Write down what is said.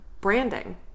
branding